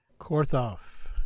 Korthoff